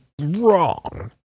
wrong